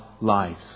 lives